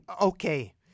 okay